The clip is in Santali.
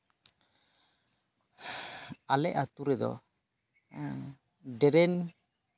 ᱟᱞᱮ ᱟᱹᱛᱩ ᱨᱮᱫᱚ ᱰᱨᱮᱱ